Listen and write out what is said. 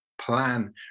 plan